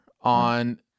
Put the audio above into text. on